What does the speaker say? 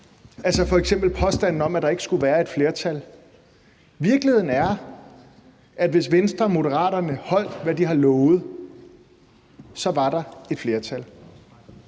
altså f.eks. påstanden om, at der ikke skulle være et flertal. Virkeligheden er, at hvis Venstre og Moderaterne holdt, hvad de har lovet, så var der et flertal.